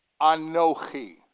Anochi